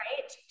right